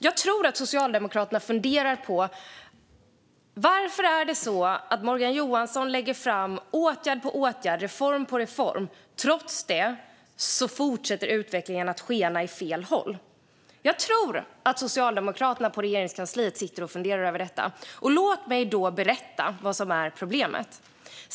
Jag tror att Socialdemokraterna funderar på varför utvecklingen, trots att Morgan Johansson lägger fram åtgärd på åtgärd och reform på reform, fortsätter att skena åt fel håll. Jag tror att Socialdemokraterna på Regeringskansliet sitter och funderar över detta. Låt mig då berätta vad som är problemet.